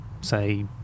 say